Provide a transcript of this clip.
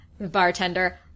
Bartender